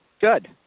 Good